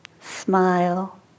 smile